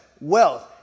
wealth